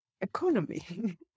economy